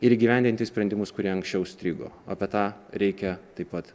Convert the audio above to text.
ir įgyvendinti sprendimus kurie anksčiau strigo apie tą reikia taip pat